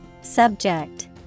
Subject